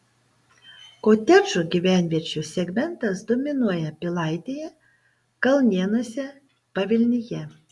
kotedžų gyvenviečių segmentas dominuoja pilaitėje kalnėnuose pavilnyje